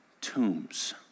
tombs